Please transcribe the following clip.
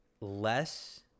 less